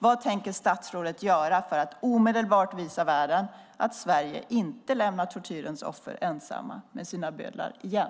Vad tänker statsrådet göra för att omedelbart visa världen att Sverige inte lämnar tortyrens offer ensamma med sina bödlar igen?